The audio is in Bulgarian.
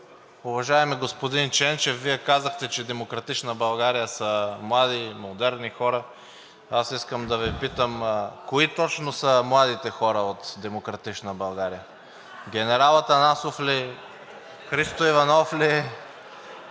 Уважаеми господин Ченчев, Вие казахте, че „Демократична България“ са млади, модерни хора. Искам да Ви питам: кои точно са младите хора от „Демократична България“? Генерал Атанасов ли? Христо Иванов ли?